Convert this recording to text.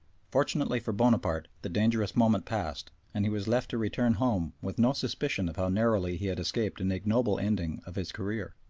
fortunately for bonaparte the dangerous moment passed, and he was left to return home with no suspicion of how narrowly he had escaped an ignoble ending of his career.